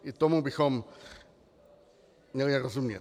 I tomu bychom měli rozumět.